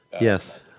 yes